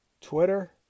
Twitter